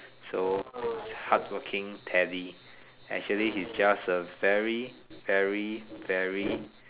so hardworking Teddy actually he's just a very very very